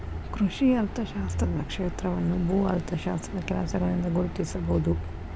ಕೃಷಿ ಅರ್ಥಶಾಸ್ತ್ರದ ಕ್ಷೇತ್ರವನ್ನು ಭೂ ಅರ್ಥಶಾಸ್ತ್ರದ ಕೆಲಸಗಳಿಂದ ಗುರುತಿಸಬಹುದು